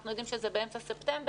אנחנו יודעים שזה באמצע ספטמבר.